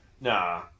Nah